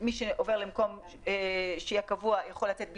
רק עם